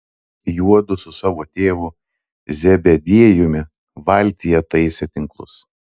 juodu su savo tėvu zebediejumi valtyje taisė tinklus